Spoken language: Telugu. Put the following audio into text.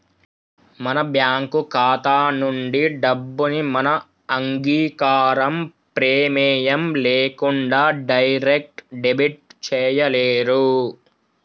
మన బ్యేంకు ఖాతా నుంచి డబ్బుని మన అంగీకారం, ప్రెమేయం లేకుండా డైరెక్ట్ డెబిట్ చేయలేరు